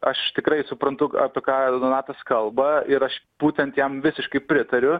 aš tikrai suprantu apie ką donatas kalba ir aš būtent jam visiškai pritariu